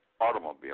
automobile